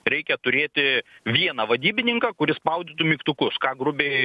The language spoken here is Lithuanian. reikia turėti vieną vadybininką kuris spaudytų mygtukus ką grubiai